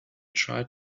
tried